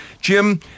Jim